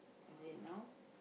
I said now